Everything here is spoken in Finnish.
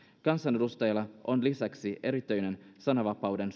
kansanedustajalla on lisäksi erityinen sananvapauden